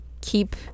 keep